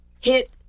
hit